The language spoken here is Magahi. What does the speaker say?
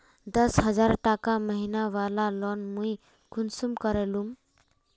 दस हजार टका महीना बला लोन मुई कुंसम करे लूम?